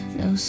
no